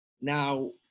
Now